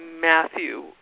Matthew